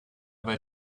their